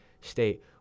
state